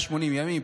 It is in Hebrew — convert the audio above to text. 180 ימים,